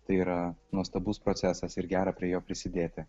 tai yra nuostabus procesas ir gera prie jo prisidėti